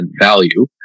value